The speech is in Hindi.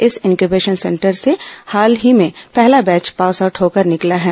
इस इन्क्यूबेशन सेंटर से हाल ही में पहला बैच पासआउट होकर निकला है